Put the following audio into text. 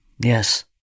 Yes